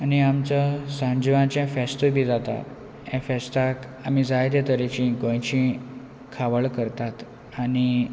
आनी आमचो सांजिवांचे फेस्त बी जाता हे फेस्त आमी जाय ते तरेची गोंयची खावळ करतात आनी